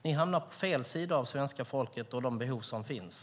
Ni hamnar på fel sida av svenska folket och de behov som finns.